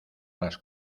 las